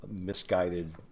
misguided